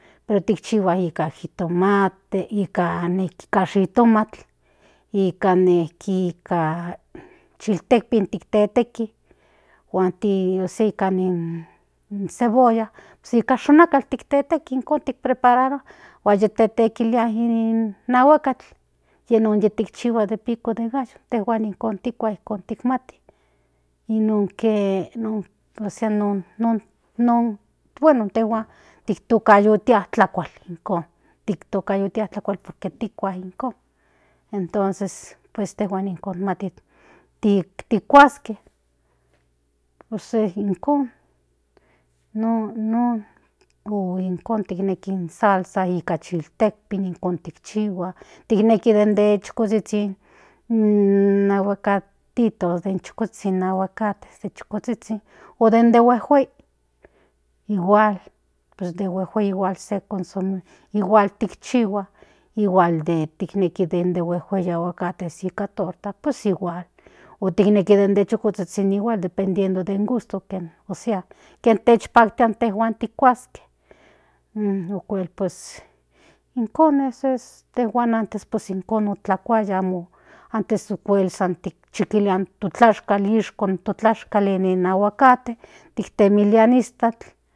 Otikchihua nika jitomate nika shitomatl nika nejki chiltekpin teteki huan ti senka in cebolla nika shionakatl tekteki ijkon kinprepararua huan tetekilia in aguakatl yi non yitikchihua in pico de gallo huan ijkon tikua ijkon kishmati nonke ósea non bueno intejuan mitoka yia tlakual ijkon tikayotia tlakual por que tikua ijkon entonces intejuan ijkon mati tikuaske pues san nijkon non ijkon kin neki in salsa nika chiltekpin tikneki den de chukozhizhin in aguakatoitos den chukozhizhin o den de huejuei igual pues de huejuei igual tikchihua igual tikneki den de huejuei aguacates nikan torta pues igual otikneki den de chikozhizhin pues igual dependiendo den gusto ósea kn techhpaktin intrjua kikuaske okuel aveces ijkon huan antes ijkon otlakuaya antes okual otikuaya kalishk in tlashkal nikan aguacate tlalilia in iztakl.